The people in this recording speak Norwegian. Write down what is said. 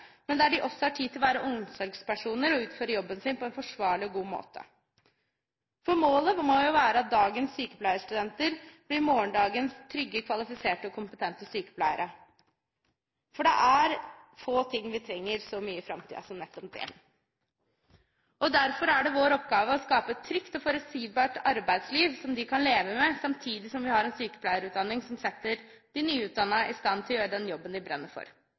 men der de også har tid til å være omsorgspersoner og utføre jobben sin på en forsvarlig og god måte. Målet må jo være at dagens sykepleierstudenter blir morgendagens trygge, kvalifiserte og kompetente sykepleiere, for det er få ting vi trenger så mye i framtiden som nettopp det. Derfor er det vår oppgave å skape et trygt og forutsigbart arbeidsliv som de kan leve med, samtidig som vi har en sykepleierutdanning som setter de nyutdannede i stand til å gjøre den jobben de brenner for.